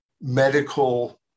medical